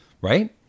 Right